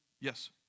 yes